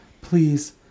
please